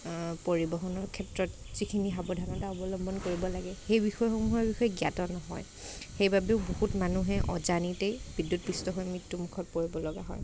পৰিবহণৰ ক্ষেত্ৰত যিখিনি সাৱধানতা অৱলম্বন কৰিব লাগে সেই বিষয়সমূহৰ বিষয়ে জ্ঞাত নহয় সেইবাবেও বহুত মানুহে অজানিতেই বিদ্যুৎপৃষ্ট হৈ মৃত্যু মুখত পৰিব লগা হয়